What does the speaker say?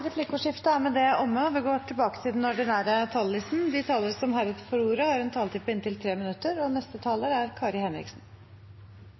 Replikkordskiftet er omme. De talere som heretter får ordet, har en taletid på inntil 3 minutter.